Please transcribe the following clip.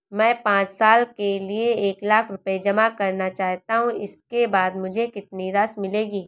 मैं पाँच साल के लिए एक लाख रूपए जमा करना चाहता हूँ इसके बाद मुझे कितनी राशि मिलेगी?